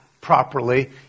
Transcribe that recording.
properly